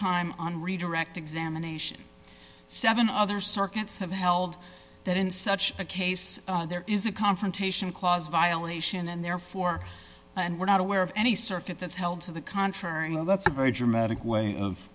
time on redirect examination seven other circuits have held that in such a case there is a confrontation clause violation and therefore and we're not aware of any circuit that's held to the contrary well that's a very dramatic way of